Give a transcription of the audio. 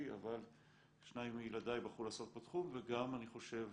אבל שניים מילדיי בחרו לעסוק בתחום וגם אני חושב